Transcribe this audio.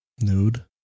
Nude